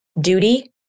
duty